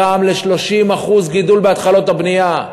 דבר שגרם ל-30% גידול בהתחלות הבנייה.